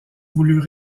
voulut